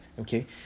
okay